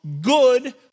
good